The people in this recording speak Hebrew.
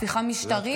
הפיכה משטרית?